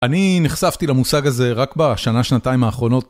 אני נחשפתי למושג הזה רק בשנה שנתיים האחרונות.